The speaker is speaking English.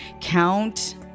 count